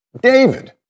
David